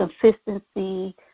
consistency